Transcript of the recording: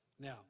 Now